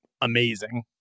amazing